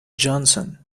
johnson